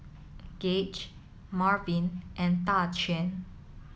Gaige Marvin and Daquan